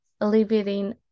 alleviating